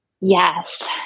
yes